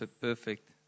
perfect